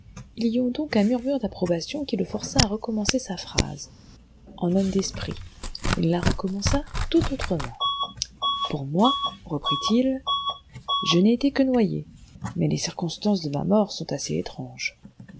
il y eut donc un murmure d'approbation qui le força à recommencer sa phrase en homme d'esprit il la recommença tout autrement pour moi reprit-il je n'ai été que noyé mais les circonstances de ma mort sont assez étranges